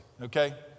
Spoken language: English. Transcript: okay